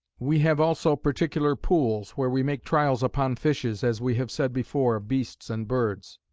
we have also particular pools, where we make trials upon fishes, as we have said before of beasts and birds.